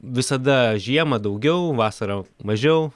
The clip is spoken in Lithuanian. visada žiemą daugiau vasarą mažiau